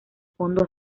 fondo